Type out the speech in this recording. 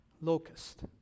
locust